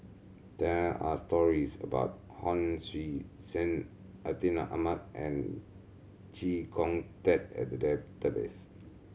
there are stories about Hon Sui Sen Atin Amat and Chee Kong Tet in the database